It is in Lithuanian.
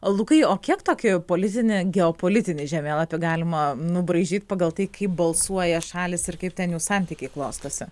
o lukai o kiek tokio jau politinį geopolitinį žemėlapį galima nubraižyt pagal tai kaip balsuoja šalys ir kaip ten jų santykiai klostosi